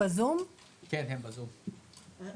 בואו